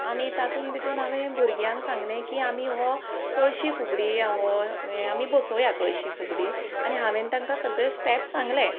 आनी तातूंत भितून हांवें भुरग्यांक सांगलें की आमी हो कळशी फुगडी हो हे आमी बसोवया कळशी फुगडी आनी हांवेन तांकां सगळे स्टॅप सांगले